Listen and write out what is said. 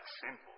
simple